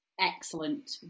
Excellent